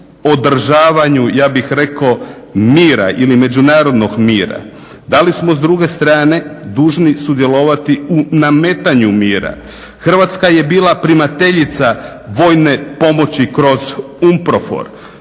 Hrvatska je bila primateljica vojne pomoći kroz UNPROFOR.